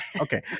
okay